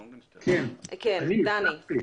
דניאל,